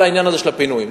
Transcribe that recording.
לעניין של הפינויים.